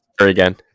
again